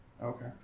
Okay